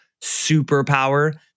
superpower